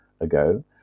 ago